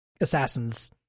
assassins